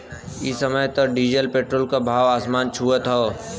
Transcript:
इ समय त डीजल पेट्रोल के भाव आसमान छुअत हौ